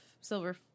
silver